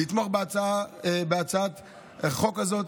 לתמוך בהצעת החוק הזאת.